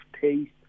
taste